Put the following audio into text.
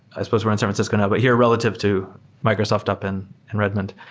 i supposed we're in san francisco now, but here relative to microsoft up in and redmond.